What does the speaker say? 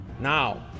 Now